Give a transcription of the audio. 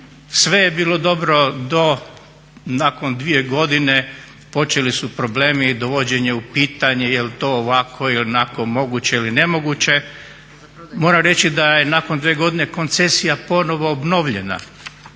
sve je bilo dobro do nakon dvije godine počeli su problemi dovođenje u pitanje jel to ovako, onako moguće ili nemoguće. Moram reći da je nakon dvije godine koncesija ponovo obnovljena,